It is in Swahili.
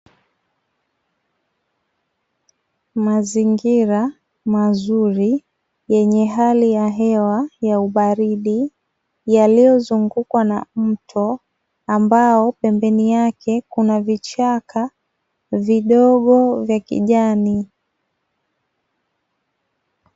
Mazingira mazuri yenye hali ya hewa ya ubaridi yaliyozungukwa na mto ambao pembeni yake kuna vichaka vidogo vya kijani.